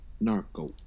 Narco